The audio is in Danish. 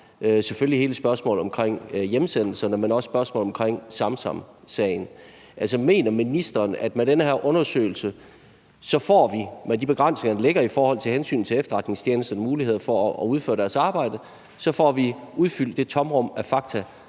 selvfølgelig hele spørgsmålet omkring hjemsendelserne, men også spørgsmål omkring Samsamsagen. Mener ministeren, at vi – med de begrænsninger, der ligger i forhold til hensynet til efterretningstjenesternes muligheder for at udføre deres arbejde – med den her undersøgelse får udfyldt det tomrum af fakta,